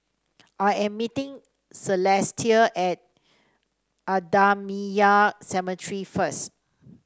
I am meeting Celestia at Ahmadiyya Cemetery first